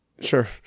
Sure